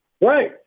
Right